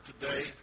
today